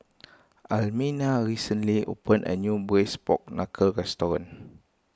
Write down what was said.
Almina recently opened a new Braised Pork Knuckle restaurant